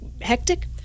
hectic